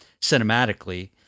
cinematically